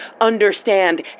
understand